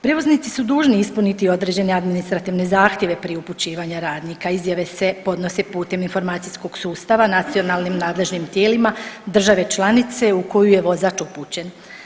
Prijevoznici su dužni ispuniti određene administrativne zahtjeve prije upućivanje radnika, izjave se podnose putem informacijskog sustava nacionalnim nadležnim tijelima države članice u koju je vozač upućen.